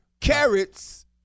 Carrots